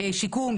שיקום,